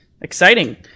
Exciting